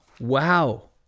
Wow